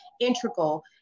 integral